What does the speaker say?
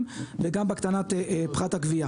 אני אסתפק בזה.